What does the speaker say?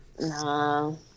No